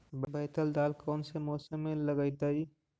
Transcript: बैतल दाल कौन से मौसम में लगतैई?